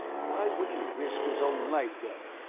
why would he risk his own life then?